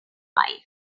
life